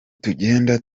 tugenda